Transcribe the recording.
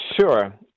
Sure